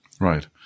Right